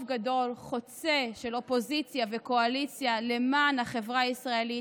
גדול חוצה אופוזיציה וקואליציה למען החברה הישראלית,